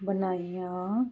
ਬਣਾਈਆਂ